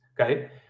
okay